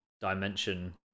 dimension